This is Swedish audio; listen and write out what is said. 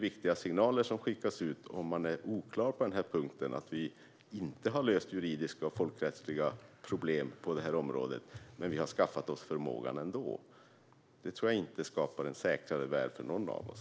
Viktiga signaler skickas ut om det är oklart om vissa juridiska och folkrättsliga problem inte har lösts men förmågan har tagits fram ändå. Det skapar inte en säkrare värld för någon av oss.